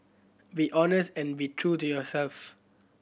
be honest and be true to yourself